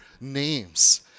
names